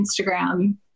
Instagram